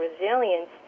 resilience